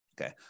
Okay